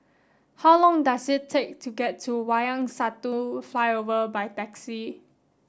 how long does it take to get to Wayang Satu Flyover by taxi